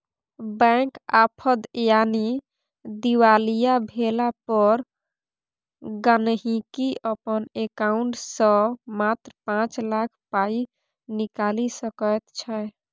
bank आफद यानी दिवालिया भेला पर गांहिकी अपन एकांउंट सँ मात्र पाँच लाख पाइ निकालि सकैत छै